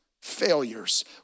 failures